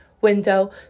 window